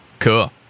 Cool